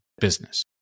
business